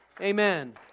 Amen